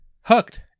hooked